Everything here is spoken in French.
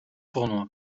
tournoi